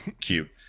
cute